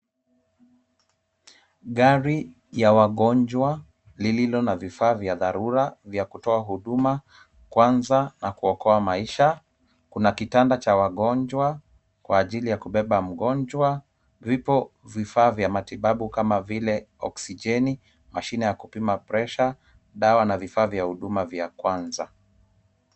Gari ya wagonjwa lililo na vifaa vya dharura vya kutoa huduma kwanza na kuokoa maisha. Kuna kitanda cha wagonjwa kwa ajili ya kubeba mgonjwa. Vipo vifaa vya matibabu kama vile oksigen , mashine ya kupima presha dawa na vifaa vya huduma vya kwanza.